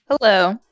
Hello